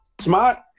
Smart